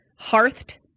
hearthed